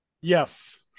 yes